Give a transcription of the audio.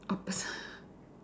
opposite